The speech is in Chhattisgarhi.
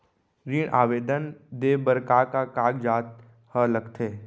ऋण आवेदन दे बर का का कागजात ह लगथे?